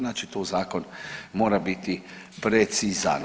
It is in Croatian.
Znači tu zakon mora biti precizan.